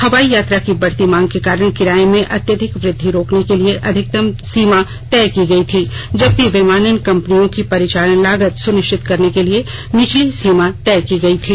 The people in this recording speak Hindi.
हवाई यात्रा की बढ़ती मांग के कारण किराये में अत्यधिक वृद्धि रोकने के लिए अधिकतम सीमा तय की गई थी जबकि विमानन कंपनियों की परिचालन लागत सुनिश्चित करने के लिए निचली सीमा तय की गई थी